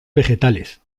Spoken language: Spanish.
vegetales